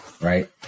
right